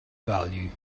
value